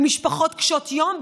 במשפחות קשות יום,